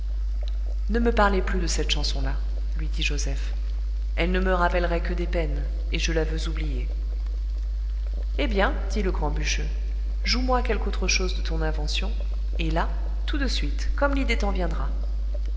ne me parlez plus de cette chanson là lui dit joseph elle ne me rappellerait que des peines et je la veux oublier eh bien dit le grand bûcheux joue moi quelque autre chose de ton invention et là tout de suite comme l'idée t'en viendra